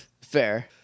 fair